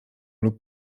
lub